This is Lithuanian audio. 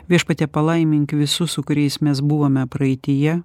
viešpatie palaimink visus su kuriais mes buvome praeityje